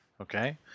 Okay